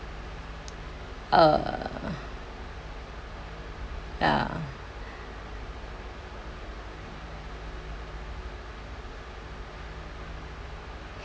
oh ya